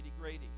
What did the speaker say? Grady